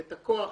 את הכוח,